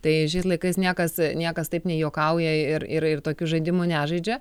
tai šiais laikais niekas niekas taip nejuokauja ir ir ir tokių žaidimų nežaidžia